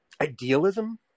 idealism